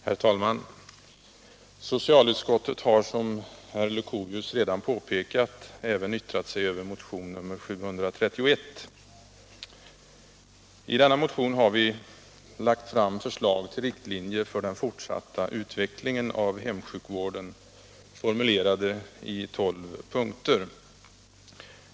Herr talman! Socialutskottet har, som herr Leuchovius redan påpekat, även yttrat sig över motion nr 731. I denna motion har vi lagt fram förslag till riktlinjer för den fortsatta utvecklingen av hemsjukvården, formulerade i tolv punkter.